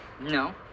No